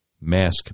mask